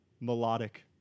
melodic